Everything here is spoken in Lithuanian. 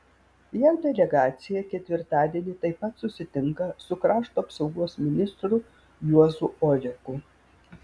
jav delegacija ketvirtadienį taip pat susitinka su krašto apsaugos ministru juozu oleku